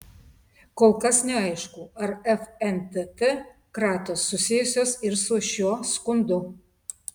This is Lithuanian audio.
kol kas neaišku ar fntt kratos susijusios ir su šiuo skundu